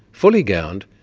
fully gowned,